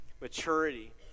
maturity